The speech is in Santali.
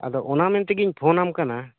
ᱟᱫᱚ ᱚᱱᱟ ᱢᱮᱱ ᱛᱮᱜᱤᱧ ᱯᱷᱳᱱᱟᱢ ᱠᱟᱱᱟ